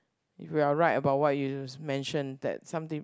if you are right about what you mention that some th~